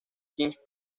kings